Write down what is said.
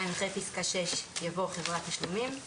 אחרי פסקה (6) יבוא: "(7) חברת תשלומים".